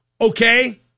okay